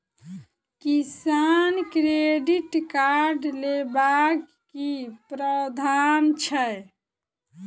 किसान credit card लेबाक की प्रावधान छै?